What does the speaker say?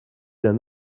d’un